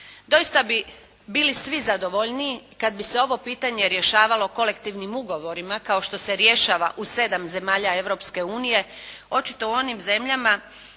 Doista bi bili svi zadovoljniji kad bi se ovo pitanje rješavalo kolektivnim ugovorima kao što se rješava u 7 zemalja Europske unije, očito u onim zemljama